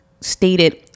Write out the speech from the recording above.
stated